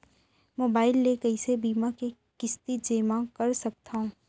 Mobile ले कइसे बीमा के किस्ती जेमा कर सकथव?